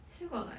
still got like